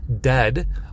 dead